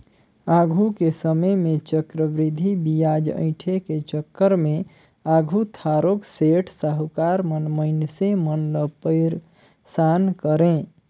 आघु के समे में चक्रबृद्धि बियाज अंइठे के चक्कर में आघु थारोक सेठ, साहुकार मन मइनसे मन ल पइरसान करें